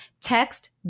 Text